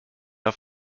auf